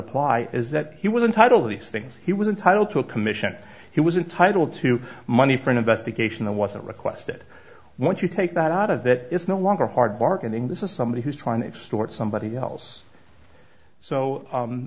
apply is that he was entitled these things he was entitled to a commission he was entitled to money for an investigation and wasn't requested once you take that out of that it's no longer hard bark and then this is somebody who's trying to extort somebody else so